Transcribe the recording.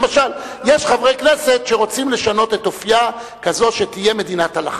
למשל יש חברי כנסת שרוצים לשנות את אופיה שתהיה מדינת הלכה.